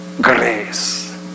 Grace